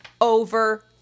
over